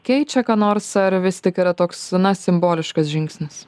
keičia ką nors ar vis tik yra toks na simboliškas žingsnis